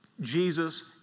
Jesus